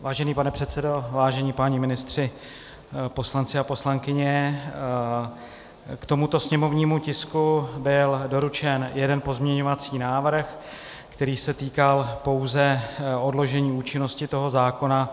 Vážený pane předsedající, vážení páni ministři, poslanci a poslankyně, k tomuto sněmovnímu tisku byl doručen jeden pozměňovací návrh, který se týkal pouze odložení účinnosti toho zákona.